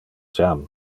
jam